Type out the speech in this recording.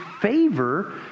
favor